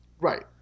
Right